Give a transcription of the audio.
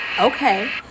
okay